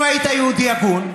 אם היית יהודי הגון,